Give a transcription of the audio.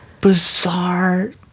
bizarre